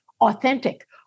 authentic